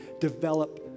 develop